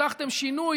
הבטחתם שינוי,